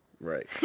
Right